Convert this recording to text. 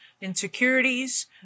insecurities